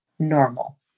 normal